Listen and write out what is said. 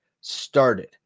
started